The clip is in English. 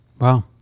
Wow